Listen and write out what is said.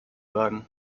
wagen